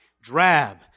drab